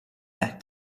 back